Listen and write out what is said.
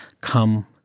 come